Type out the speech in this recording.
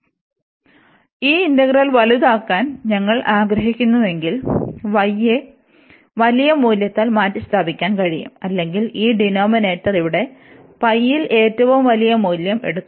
അതിനാൽ ഈ ഇന്റഗ്രൽ വലുതാക്കാൻ ഞങ്ങൾ ആഗ്രഹിക്കുന്നുവെങ്കിൽ y യെ വലിയ മൂല്യത്താൽ മാറ്റിസ്ഥാപിക്കാൻ കഴിയും അല്ലെങ്കിൽ ഈ ഡിനോമിനേറ്റർ ഇവിടെ യിൽ ഏറ്റവും വലിയ മൂല്യം എടുക്കും